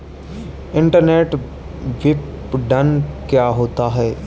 Internet विपणन क्या होता है?